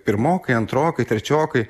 pirmokai antrokai trečiokai